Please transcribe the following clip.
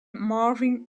marvin